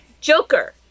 Joker